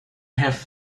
have